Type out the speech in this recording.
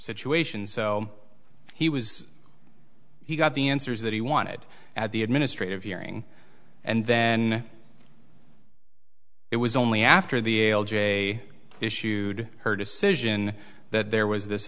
situation so he was he got the answers that he wanted at the administrative hearing and then it was only after the l j issued her decision that there was this